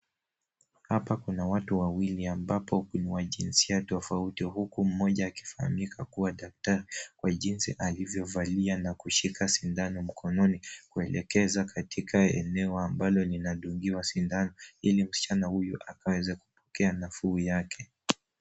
Hapa kuna watu wawili ambapo ni wa jinsia tofauti huku mmoja akifahamika kuwa daktari kwa jinsi alivyovalia na kushika sindano mkononi kuelekeza katika eneo ambalo linadungiwa sindano ili msichana huyu akaweze kupokea nafuu yake.